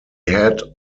had